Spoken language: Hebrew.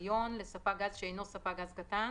1,000,000 לספק גז שאינו ספק גז קטן